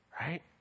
right